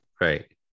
right